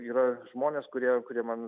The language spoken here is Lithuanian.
yra žmonės kurie kurie man